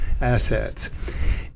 assets